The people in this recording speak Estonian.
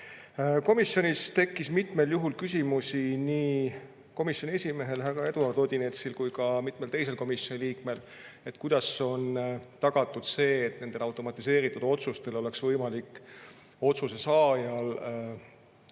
Komisjonis tekkis mitmel juhul küsimusi nii komisjoni esimehel härra Eduard Odinetsil kui ka mitmel teisel komisjoni liikmel, et kuidas on tagatud see, et nende automatiseeritud otsuste kohta oleks võimalik otsuse saajal